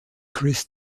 chris